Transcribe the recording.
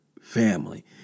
family